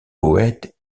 poète